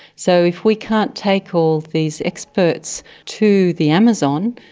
so if we can't take all these experts to the amazon,